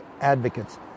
advocates